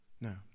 No